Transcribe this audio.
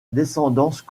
descendance